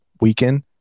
weekend